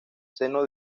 seno